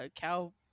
cow